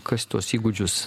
kas tuos įgūdžius